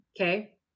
okay